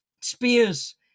spears